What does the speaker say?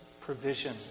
provision